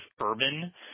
urban